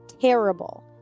terrible